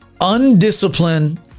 Undisciplined